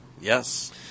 Yes